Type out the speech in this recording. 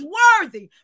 worthy